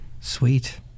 Sweet